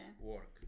work